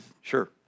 Sure